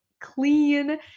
clean